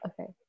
Okay